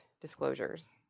disclosures